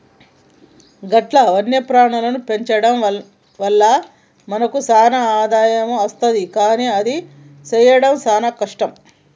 గట్ల వన్యప్రాణుల పెంచడం వల్ల మనకు సాన ఆదాయం అస్తుంది కానీ అది సెయ్యడం సాన కష్టం